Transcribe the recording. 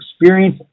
experience